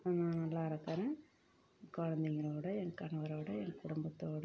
நான் நல்லா இருக்கிறேன் குழந்தைகளோட என் கணவரோடு என் குடும்பத்தோடு